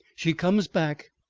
she comes back,